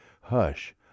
Hush